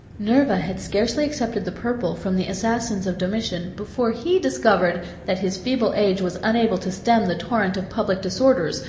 nerva had scarcely accepted the purple from the assassins of domitian, before he discovered that his feeble age was unable to stem the torrent of public disorders,